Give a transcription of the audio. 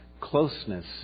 closeness